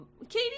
Katie